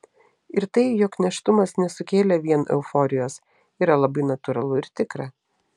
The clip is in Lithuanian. ir tai jog nėštumas nesukėlė vien euforijos yra labai natūralu ir tikra